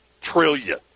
Trillion